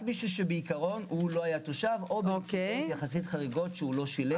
רק מישהו שעקרונית לא היה תושב או בנסיבות חריגות יחסית שהוא לא שילם.